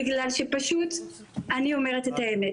בגלל שפשוט אני אומרת את האמת,